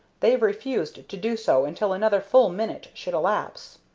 they refused to do so until another full minute should elapse.